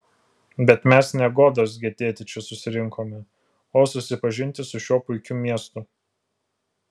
bet mes ne godos gedėti čia susirinkome o susipažinti su šiuo puikiu miestu